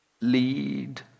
lead